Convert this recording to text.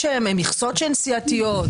כי חוק-יסוד,